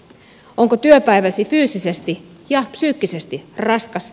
onko työpäiväsi fyysisesti ja psyykkisesti raskas